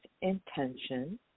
intention